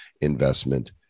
investment